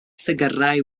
ffigyrau